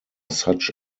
such